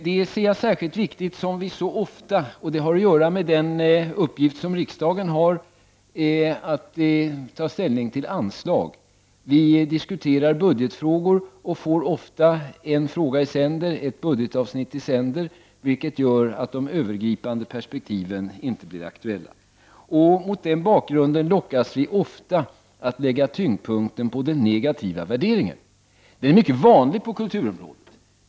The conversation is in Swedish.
Det ser jag som särskilt viktigt med tanke på den uppgift som riksdagen har att ta ställning till anslag. Riksdagen får ofta behandla ett budgetavsnitt i sänder, vilket gör att de övergripande perspektiven inte blir aktuella. Mot den bakgrunden lockas vi ofta att lägga tyngdpunkten på den negativa värderingen. Det är mycket vanligt på kulturområdet.